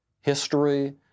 history